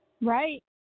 Right